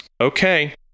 Okay